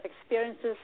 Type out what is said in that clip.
experiences